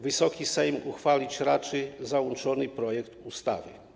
Wysoki Sejm uchwalić raczy załączony projekt ustawy.